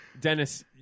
Dennis